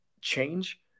change